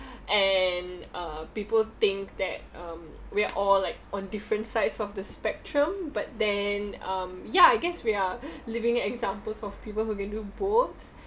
and uh people think that um we're all like on different sides of the spectrum but then um ya I guess we are living examples of people who can do both